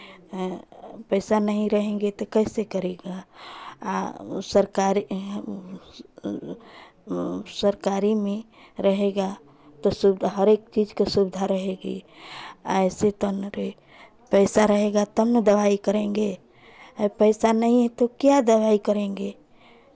हाँ पैसे नहीं रहेंगे तो कैसे करेगा आ वो सरकारी सरकारी में रहेगा तो सुविधा हरेक चीज़ का सुविधा रहेगी आ ऐसी तन रे पैसा रहेगा तब ना दवाई करेंगे आ पैसा नहीं तो क्या दवाई करेंगे